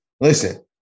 listen